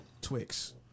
Twix